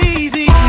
easy